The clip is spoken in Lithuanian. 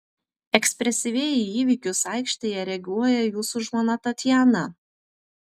ekspresyviai į įvykius aikštėje reaguoja jūsų žmona tatjana